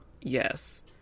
Yes